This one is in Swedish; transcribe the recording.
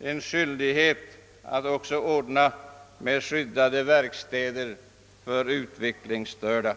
har skyldighet att ge de utvecklingsstörda möjlighet att arbeta i särskilt skyddade verkstäder.